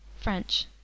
FRENCH